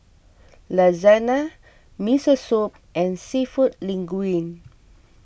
Lasagna Miso Soup and Seafood Linguine